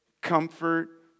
comfort